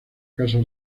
casa